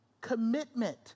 Commitment